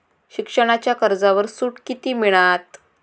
शिक्षणाच्या कर्जावर सूट किती मिळात?